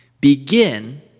Begin